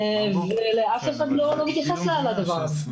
אף אחד לא מתייחס לדבר הזה.